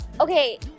okay